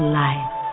life